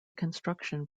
construction